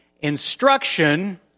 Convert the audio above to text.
instruction